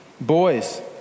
boys